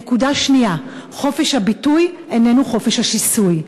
נקודה שנייה: חופש הביטוי איננו חופש השיסוי.